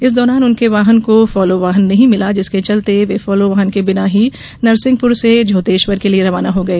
इस दौरान उनके वाहन को फॉलो वाहन नहीं मिला जिसके चलते वे फॉलो वाहन के बिना ही नरसिंहपुर से झोतेश्वर के लिए रवाना हो गए